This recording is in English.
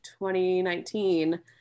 2019